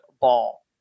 Ball